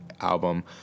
album